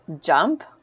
jump